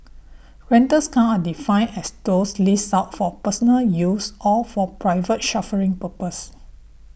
rentals cars are defined as those leased out for personal use or for private chauffeuring purposes